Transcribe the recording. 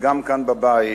וגם כאן בבית,